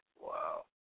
Wow